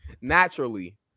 Naturally